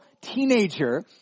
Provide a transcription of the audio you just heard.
teenager